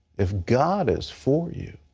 if god is for you,